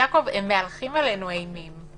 יעקב, הם מהלכים עלינו אימים.